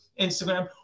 Instagram